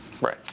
Right